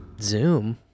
Zoom